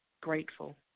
grateful